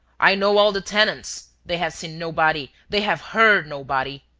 i know all the tenants. they have seen nobody. they have heard nobody.